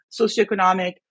socioeconomic